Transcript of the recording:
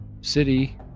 city